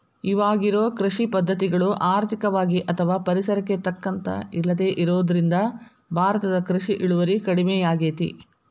ಇವಾಗಿರೋ ಕೃಷಿ ಪದ್ಧತಿಗಳು ಆರ್ಥಿಕವಾಗಿ ಅಥವಾ ಪರಿಸರಕ್ಕೆ ತಕ್ಕಂತ ಇಲ್ಲದೆ ಇರೋದ್ರಿಂದ ಭಾರತದ ಕೃಷಿ ಇಳುವರಿ ಕಡಮಿಯಾಗೇತಿ